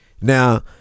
now